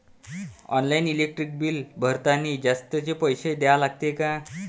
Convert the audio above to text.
Online electric bill भरतानी जास्तचे पैसे द्या लागते का?